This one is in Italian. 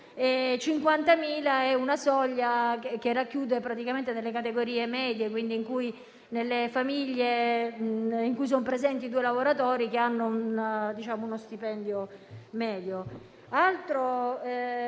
50.000 è una soglia che racchiude le categorie medie e, quindi, quelle famiglie in cui sono presenti due lavoratori che hanno uno stipendio medio.